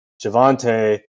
Javante